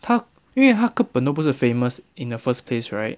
他因为他根本都不是 famous in the first place right